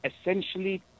essentially